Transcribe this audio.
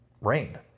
rained